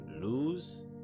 lose